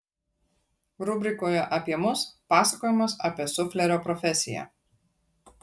rubrikoje apie mus pasakojimas apie suflerio profesiją